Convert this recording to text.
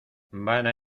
vana